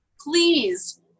please